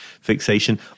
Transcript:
fixation